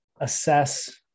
assess